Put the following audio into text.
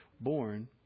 born